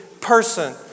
person